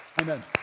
Amen